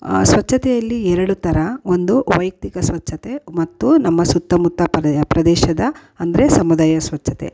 ಸ್ವಚ್ಛತೆಯಲ್ಲಿ ಎರಡು ಥರ ಒಂದು ವೈಯಕ್ತಿಕ ಸ್ವಚ್ಛತೆ ಮತ್ತು ನಮ್ಮ ಸುತ್ತಮುತ್ತ ಪ್ರದೇಶದ ಅಂದರೆ ಸಮುದಾಯ ಸ್ವಚ್ಛತೆ